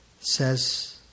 says